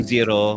Zero